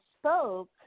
spoke